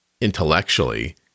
intellectually